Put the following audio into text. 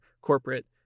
corporate